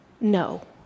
no